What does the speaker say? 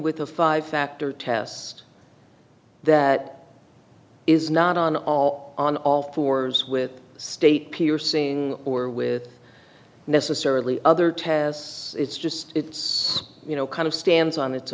with a five factor test that is not on all on all fours with state piercing or with necessarily other tests it's just it's you know kind of stands on its